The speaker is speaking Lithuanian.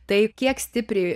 tai kiek stipriai